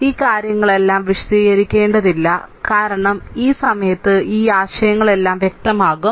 ഈ കാര്യങ്ങളെല്ലാം വിശദീകരിക്കേണ്ടതില്ല കാരണം ഈ സമയത്ത് ഈ ആശയങ്ങളെല്ലാം വ്യക്തമാകും